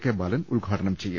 K Balan ഉദ്ഘാ ടനം ചെയ്യും